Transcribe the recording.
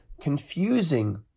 confusing